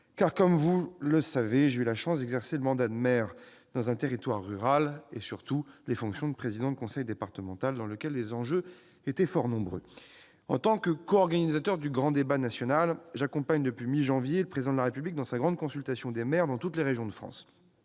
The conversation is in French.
; comme vous le savez, en effet, j'ai eu la chance d'exercer le mandat de maire et surtout les fonctions de président de conseil départemental dans un territoire rural où les enjeux étaient fort nombreux. En tant que coorganisateur du grand débat national, j'accompagne, depuis la mi-janvier, le Président de la République dans sa grande consultation des maires, dans toutes les régions de France.